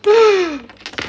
!wah!